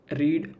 read